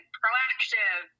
proactive